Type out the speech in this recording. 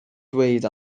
dweud